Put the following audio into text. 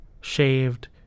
shaved